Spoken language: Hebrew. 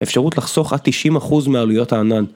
אפשרות לחסוך עד 90% מעלויות הענן